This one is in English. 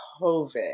COVID